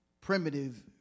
Primitive